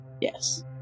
Yes